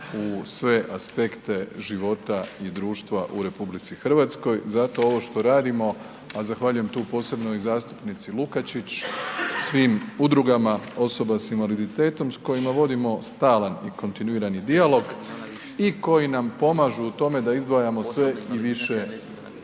u sve aspekte života i društva u RH, zato ovo što radimo, a zahvaljujem tu posebno i zastupnici Lukačić, svim udrugama osoba s invaliditetom s kojima vodimo stalan i kontinuirani dijalog i koji nam pomažu u tome da izdvajamo sve i više